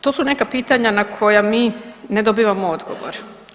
To su neka pitanja na koja mi ne dobivamo odgovor.